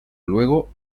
luego